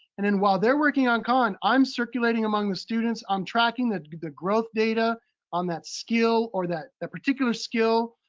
and then while they're working on khan, i'm circulating among the students, i'm tracking the growth data on that skill, or that that particular skill,